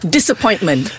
Disappointment